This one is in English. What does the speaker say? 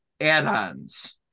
add-ons